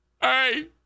Hey